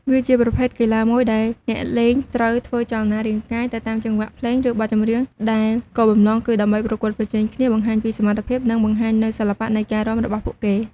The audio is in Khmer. វាជាប្រភេទកីឡាមួយដែលអ្នកលេងត្រូវ ធ្វើចលនារាងកាយ ទៅតាម ចង្វាក់ភ្លេង ឬបទចម្រៀង ដែលគោលបំណងគឺ ដើម្បីប្រកួតប្រជែងគ្នា បង្ហាញពីសមត្ថភាព និង បង្ហាញនូវសិល្បៈនៃការរាំ របស់ពួកគេ។